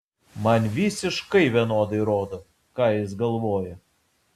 man visiškai vienodai rodo ką jis galvoja